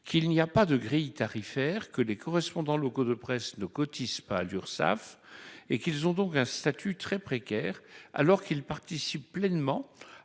qu'il n'y a pas de grilles tarifaire que les correspondants locaux de presse ne cotisent pas à l'Urssaf et qu'ils ont donc un statut très précaire, alors qu'il participe pleinement